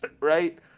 right